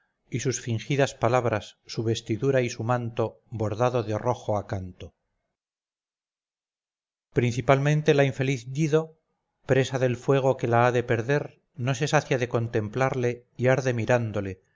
y sus fingidas palabras su vestidura y su manto bordado de rojo acanto principalmente la infeliz dido presa del fuego que la ha de perder no se sacia de contemplarle y arde mirándole